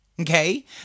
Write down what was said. Okay